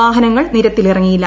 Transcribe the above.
വാഹനങ്ങൾ നിരത്തിലിറങ്ങിയില്ല